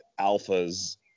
alphas